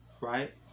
Right